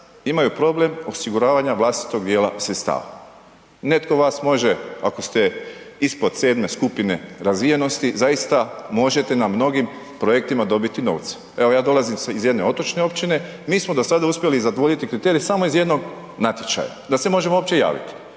imaju problem osiguravanja vlastitog dijela sredstava. Netko vas može ako ste ispod 7.-me skupine razvijenosti zaista možete na mnogim projektima dobiti novce. Evo ja dolazim iz jedne otočne općine, mi smo do sada uspjeli zadovoljiti kriterij samo iz jednog natječaja, da se možemo uopće javiti.